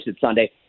Sunday –